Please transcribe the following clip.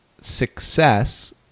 success